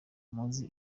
muzi